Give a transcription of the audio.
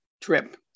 trip